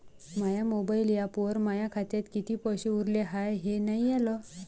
माया mobile ॲपवर माया खात्यात किती पैसे उरले हाय हे नाही आलं